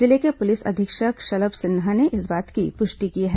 जिले के पुलिस अधीक्षक शलभ सिन्हा ने इस बात की पुष्टि की है